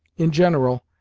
in general,